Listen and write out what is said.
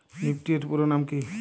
Nifty এর পুরোনাম কী?